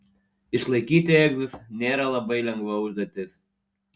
išlaikyti egzus nėra labai lengva užduotis